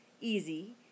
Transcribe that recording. easy